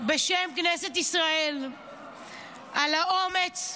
בשם כנסת ישראל על האומץ,